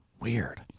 Weird